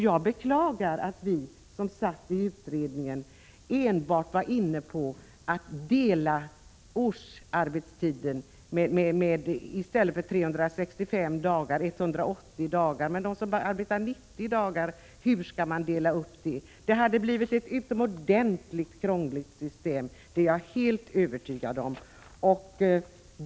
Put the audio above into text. Jag beklagar att vi som satt i utredningen enbart var inne på att dela årsarbetstiden med 180 dagar i stället för 365 dagar, men hur skall man dela upp den för den som arbetar 90 dagar? Det hade blivit ett utomordentligt krångligt system, det är jag helt övertygad om.